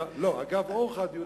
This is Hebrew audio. לא, אגב אורחא הדיון הזה.